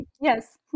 yes